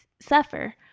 suffer